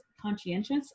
conscientious